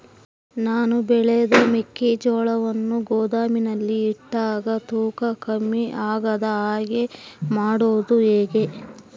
ನಾನು ಬೆಳೆದ ಮೆಕ್ಕಿಜೋಳವನ್ನು ಗೋದಾಮಿನಲ್ಲಿ ಇಟ್ಟಾಗ ತೂಕ ಕಮ್ಮಿ ಆಗದ ಹಾಗೆ ಮಾಡೋದು ಹೇಗೆ?